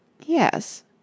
Yes